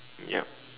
yup